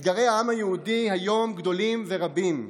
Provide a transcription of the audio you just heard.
אתגרי העם היהודי היום גדולים ורבים,